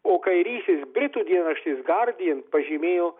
o kairysis britų dienraštis guardian pažymėjo